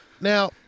Now